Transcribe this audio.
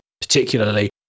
Particularly